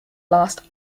last